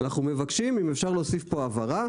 אנחנו מבקשים אם אפשר להוסיף פה הבהרה,